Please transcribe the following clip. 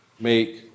make